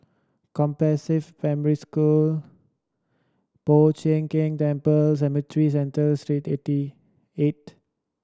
Compassvale Primary School Po Chiak Keng Temple Cemetry Central Street eighty eight